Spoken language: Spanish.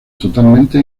totalmente